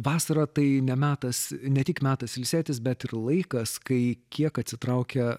vasara tai ne metas ne tik metas ilsėtis bet ir laikas kai kiek atsitraukia